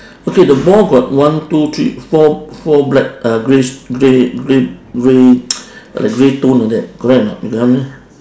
okay the ball got one two three four four black uh grey grey grey grey like grey tone like that correct or not you got how many